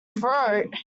throat